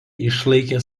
išlaikė